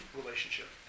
relationship